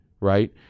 right